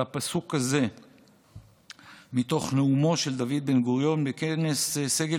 על הפסוק הזה מתוך נאומו של דוד בן-גוריון בכנס סגל